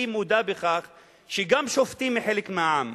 היא מודה בכך שגם שופטים הם חלק מהעם.